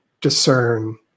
discern